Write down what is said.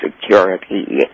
Security